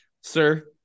sir